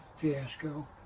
fiasco